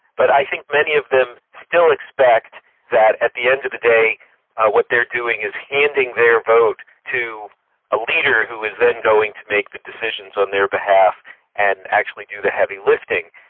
but i think many of them still expect that at the end of the day what they're doing is handing their vote to a leader who is then going to make the decisions on their behalf and actually do the heavy lifting.